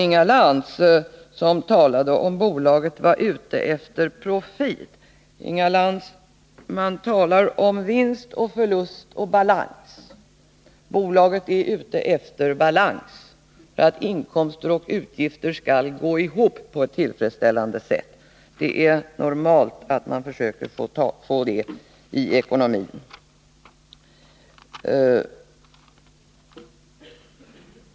Inga Lantz frågade om bolaget var ute efter profit. Man talar om vinst, förlust och balans, Inga Lantz. Bolaget är ute efter balans, dvs. att inkomster och utgifter på ett tillfredsställande sätt skall gå ihop. Det är normalt att man försöker åstadkomma det i ekonomin.